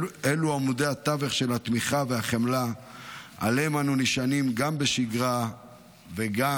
אלה עמודי התווך של התמיכה והחמלה שעליהם אנו נשענים גם בשגרה וגם,